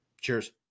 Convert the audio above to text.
Cheers